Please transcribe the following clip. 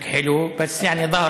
להפך, זה פתגם מאוד יפה.